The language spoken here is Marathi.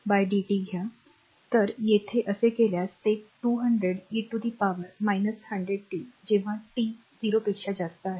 तर येथे असे केल्यास ते 200 e to the power 100 t जेव्हा टी ० पेक्षा जास्त आहे